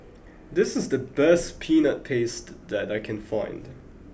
this is the best peanut paste that I can find